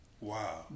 Wow